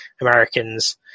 Americans